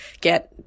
get